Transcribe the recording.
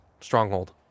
Stronghold